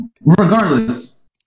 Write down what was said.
regardless